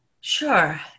Sure